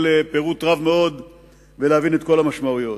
פירוט רב מאוד ולהבין את כל המשמעויות.